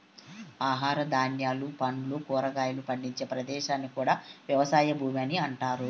ఆహార ధాన్యాలు, పండ్లు, కూరగాయలు పండించే ప్రదేశాన్ని కూడా వ్యవసాయ భూమి అని అంటారు